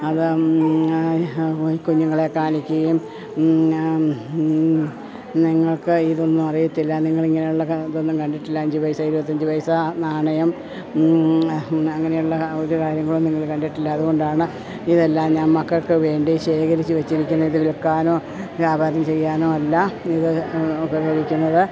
അത് കുഞ്ഞുങ്ങളേ കാണിക്കുകയും നിങ്ങൾക്ക് ഇതൊന്നുമറിയത്തില്ല നിങ്ങളിങ്ങനെയുള്ള ഇതൊന്നും കണ്ടിട്ടില്ല അഞ്ച് പൈസ ഇരുപത്തഞ്ച് പൈസ നാണയം അങ്ങനെയുള്ള ഒരു കാര്യങ്ങളും നിങ്ങൾ കണ്ടിട്ടില്ല അതു കൊണ്ടാണ് ഇതെല്ലാം ഞാൻ മക്കൾക്കു വേണ്ടി ശേഖരിച്ച് വെച്ചിരിക്കുന്നത് ഇത് വിൽക്കാനോ വ്യാപാരം ചെയ്യാനോ അല്ല ഇത് ഉപയോഗിക്കുന്നത്